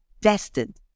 destined